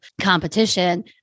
competition